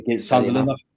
Sunderland